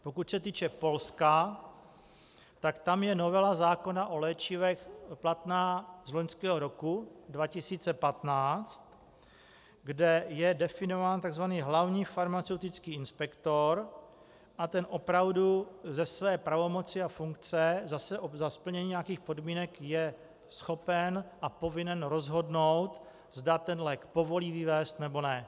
Pokud se týče Polska, tam je novela zákona o léčivech platná z loňského roku 2015, kde je definován tzv. hlavní farmaceutický inspektor a ten opravdu ze své pravomoci a funkce za splnění nějakých podmínek je schopen a povinen rozhodnout, zda ten lék povolí vyvézt, nebo ne.